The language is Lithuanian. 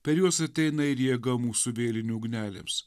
per juos ateina ir jėga mūsų vėlinių ugnelėms